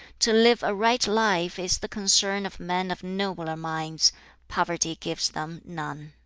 to live a right life is the concern of men of nobler minds poverty gives them none.